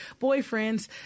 boyfriends